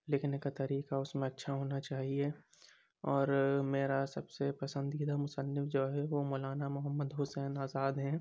لکھنے کا طریقہ اُس میں اچھا ہونا چاہیے اور میرا سب سے پسندیدہ مُصنف جو ہے وہ مولانا محمد حُسین آزاد ہیں